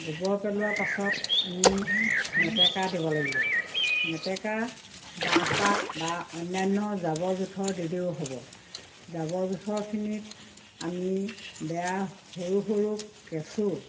গোবৰ পেলোৱাৰ পাছত আমি মেটেকা দিব লাগিব মেটেকা বাঁহ পাত বা অন্যান্য জাবৰ জোঁথৰ দিলেও হ'ব জাবৰ জোঁথৰখিনিত আমি বেয়া সৰু সৰু কেঁচু